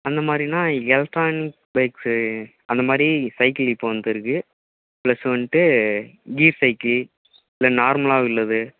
அந்த மாதிரின்னா electronics bikes அந்த மாதிரி சைக்கிள் இப்போ வந்து இருக்கு பிளஸ் வந்துவிட்டு கீர் சைக்கிள் இல்லை நார்மலாக உள்ளது